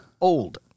old